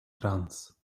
trans